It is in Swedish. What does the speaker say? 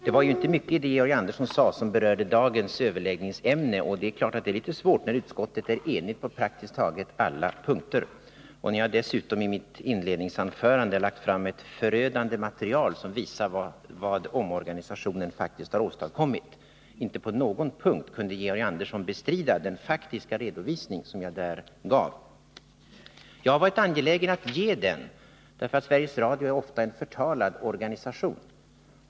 Det var inte mycket i det som Georg Andersson sade som berörde dagens överläggningsämne, och det är klart att det är litet svårt när utskottet är enigt på praktiskt taget alla punkter och när jag dessutom i mitt inledningsanförande lade fram ett förödande material, som visar vad omorganisationen faktiskt har åstadkommit. Inte på någon punkt kunde Georg Andersson 15 bestrida den faktiska redovisning som jag där gav. Jag har varit angelägen att få ge denna redovisning, eftersom Sveriges Radio är en ofta förtalad organisation.